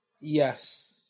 Yes